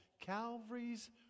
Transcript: Calvary's